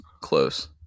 close